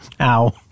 Ow